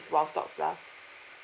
while stocks last